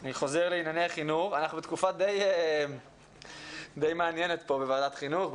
אנחנו בתקופה די מעניינת פה בוועדת חינוך,